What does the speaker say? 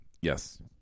yes